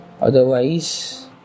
otherwise